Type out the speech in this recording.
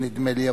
נדמה לי.